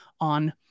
on